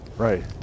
Right